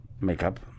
makeup